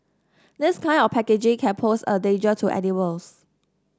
this kind of packaging can pose a danger to animals